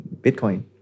Bitcoin